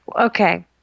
Okay